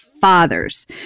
fathers